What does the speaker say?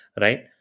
right